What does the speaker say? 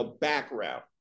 background